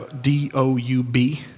D-O-U-B